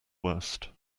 worst